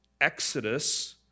exodus